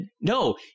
No